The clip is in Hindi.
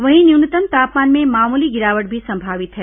वहीं न्यूनतम तापमान में मामूली गिरावट भी संभावित है